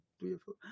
Beautiful